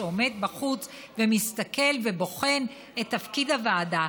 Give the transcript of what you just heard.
שעומד בחוץ ומסתכל ובוחן את תפקיד הוועדה.